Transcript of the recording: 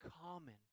common